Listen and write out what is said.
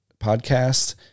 podcast